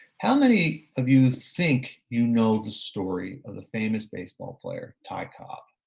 how many of you think you know the story of the famous baseball player ty cobb?